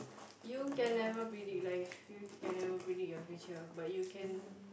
you can never predict life you can never predict your future but you can